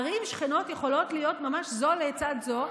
ערים שכנות יכולות להיות ממש זו לצד זו,